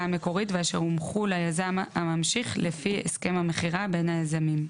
המקורית ואשר הומחו ליזם הממשיך לפי הסכם המכירה בין היזמים.